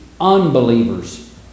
unbelievers